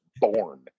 born